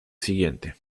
siguiente